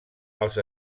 als